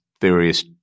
various